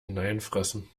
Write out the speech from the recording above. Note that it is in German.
hineinfressen